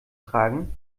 tragen